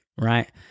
Right